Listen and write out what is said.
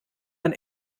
man